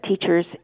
teachers